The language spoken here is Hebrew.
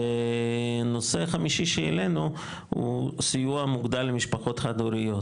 נושא חמישי שהעלינו הוא סיוע מוגדל למשפחות חד הוריות,